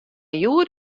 hjoed